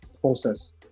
process